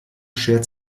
schert